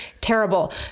terrible